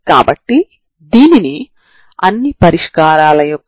ఇప్పుడు దీనిని నేను సమాకలనం చేయవచ్చు